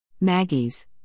Maggie's